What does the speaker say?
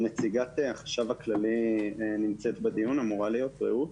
נציגת החשב הכללי, רעות, גם אמורה להיות בדיון.